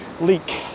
leak